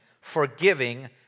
forgiving